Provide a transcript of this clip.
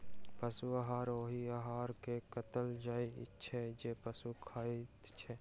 पशु आहार ओहि आहार के कहल जाइत छै जे पशु खाइत छै